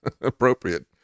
appropriate